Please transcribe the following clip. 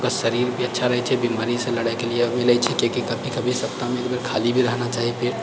ओकर शरीर भी अच्छा रहै छै बीमारीसँ लड़यके लिअ भी मिलै छै किआकि कभी कभि सप्ताहमे एक बेर शरीरके खाली भी रहना चाहिए पेट